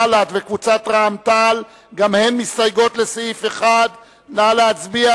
בל"ד ורע"ם-תע"ל גם הן מסתייגות לסעיף 1. נא להצביע,